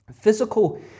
Physical